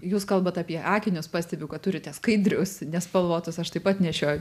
jūs kalbat apie akinius pastebiu kad turite skaidrius nespalvotus aš taip pat nešioju